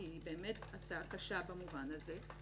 כי היא באמת הצעה קשה במובן הזה.